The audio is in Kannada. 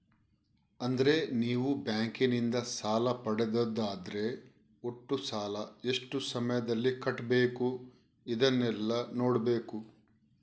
ಅಂದ್ರೆ ನೀವು ಬ್ಯಾಂಕಿನಿಂದ ಸಾಲ ಪಡೆದದ್ದಾದ್ರೆ ಒಟ್ಟು ಸಾಲ, ಎಷ್ಟು ಸಮಯದಲ್ಲಿ ಕಟ್ಬೇಕು ಇದನ್ನೆಲ್ಲಾ ನೋಡ್ಬೇಕು